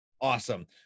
Awesome